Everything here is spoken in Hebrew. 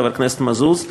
חבר הכנסת מזוז,